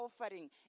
offering